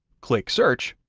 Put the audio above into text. click search,